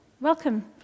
welcome